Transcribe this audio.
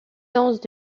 denses